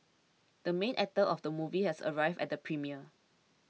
the main actor of the movie has arrived at the premiere